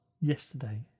yesterday